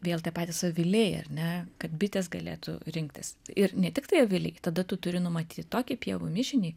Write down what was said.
vėl tie patys aviliai ar ne kad bitės galėtų rinktis ir ne tiktai aviliai tada tu turi numatyt tokį pievų mišinį